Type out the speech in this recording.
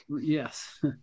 Yes